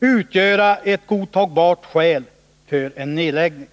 utgöra ett godtagbart skäl för en nedläggning.